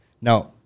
now